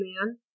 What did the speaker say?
man